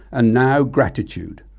and now gratitude.